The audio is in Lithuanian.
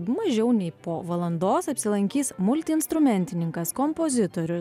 mažiau nei po valandos apsilankys multi instrumentininkas kompozitorius